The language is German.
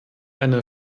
eine